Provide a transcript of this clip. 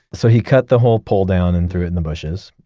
so he cut the whole pole down and threw it in the bushes.